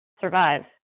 survive